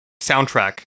soundtrack